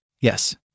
Yes